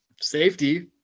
safety